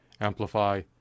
amplify